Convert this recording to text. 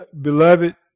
beloved